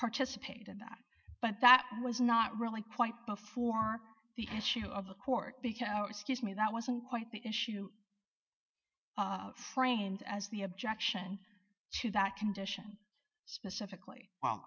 participate in that but that was not really quite before the issue of the court because now excuse me that wasn't quite the issue framed as the objection to that condition specifically